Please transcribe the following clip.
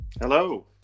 Hello